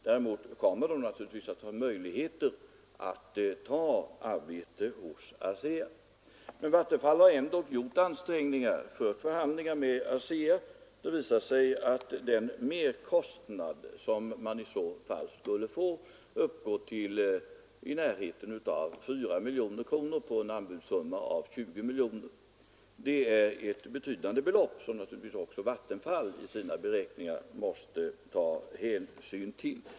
Däremot kommer man naturligtvis att få möjligheter att ta arbete hos ASEA. Vattenfall har ändock gjort ansträngningar och fört förhandlingar med ASEA. Det visar sig att den merkostnad som man i så fall skulle få uppgår till närmare 4 miljoner kronor på en anbudssumma av 20 miljoner. Det är ett betydande belopp, som naturligtvis Vattenfall i sina beräkningar måste ta hänsyn till.